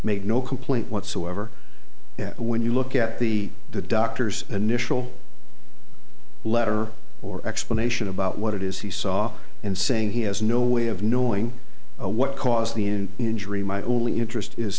made no complaint whatsoever when you look at the doctor's initial letter or explanation about what it is he saw and saying he has no way of knowing what caused the in injury my only interest is